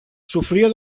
sufrió